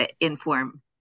inform